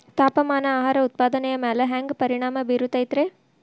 ತಾಪಮಾನ ಆಹಾರ ಉತ್ಪಾದನೆಯ ಮ್ಯಾಲೆ ಹ್ಯಾಂಗ ಪರಿಣಾಮ ಬೇರುತೈತ ರೇ?